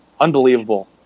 Unbelievable